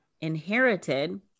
inherited